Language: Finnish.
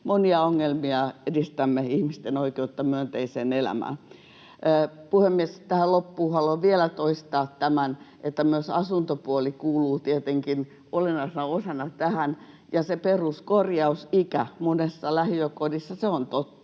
monia ongelmia, edistämme ihmisten oikeutta myönteiseen elämään. Puhemies! Loppuun haluan vielä toistaa, että myös asuntopuoli kuuluu tietenkin olennaisena osana tähän, ja se peruskorjausikä on totta monessa lähiökodissa.